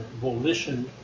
volition